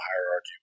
hierarchy